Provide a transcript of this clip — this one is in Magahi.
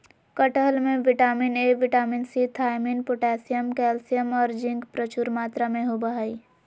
कटहल में vitamin A, vitamin C, thiamine, potassium, calcium औरो जिंक प्रचुर मात्रा में होबा हइ